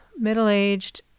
middle-aged